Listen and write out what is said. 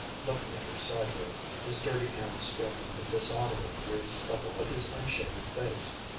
looking at her sideways, his dirty hand stroking the dishonoring gray stubble of his unshaven face.